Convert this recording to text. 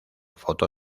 foto